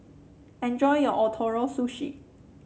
enjoy your Ootoro Sushi